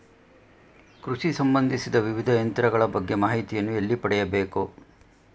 ಕೃಷಿ ಸಂಬಂದಿಸಿದ ವಿವಿಧ ಯಂತ್ರಗಳ ಬಗ್ಗೆ ಮಾಹಿತಿಯನ್ನು ಎಲ್ಲಿ ಪಡೆಯಬೇಕು?